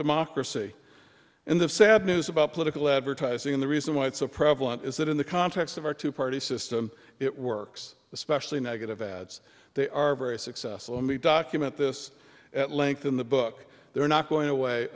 democracy and the sad news about political advertising in the reason why it's so prevalent is that in the context of our two party system it works especially negative ads they are very successful and we document this at length in the book they're not going away